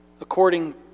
According